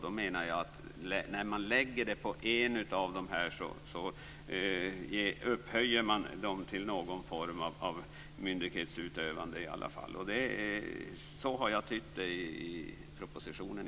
Då menar jag att om man lägger det här på en av dessa så upphöjer man den så att det blir någon form av myndighetsutövande i alla fall. Så har jag åtminstone tytt det i propositionen.